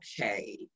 okay